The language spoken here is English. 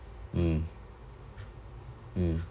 mm mm